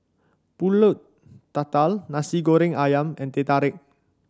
pulut tatal Nasi Goreng ayam and Teh Tarik